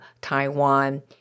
Taiwan